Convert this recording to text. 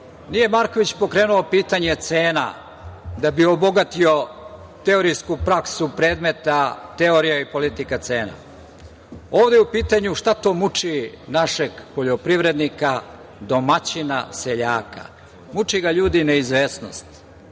Nije Marković pokrenuo pitanje cena da bi obogatio teorijsku praksu predmeta – Teorija i politika cena. Ovde je u pitanju šta to muči našeg poljoprivrednika, domaćina, seljaka? Muči ga neizvesnost.